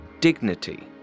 dignity